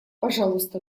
пожалуйста